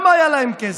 גם היה להם כסף,